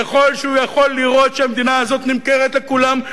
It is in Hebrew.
ככל שהוא יכול לראות שהמדינה הזאת נמכרת לכולם,